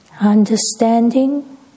understanding